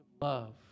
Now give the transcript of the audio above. love